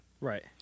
Right